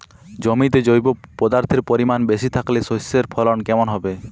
জমিতে জৈব পদার্থের পরিমাণ বেশি থাকলে শস্যর ফলন কেমন হবে?